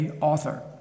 author